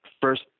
first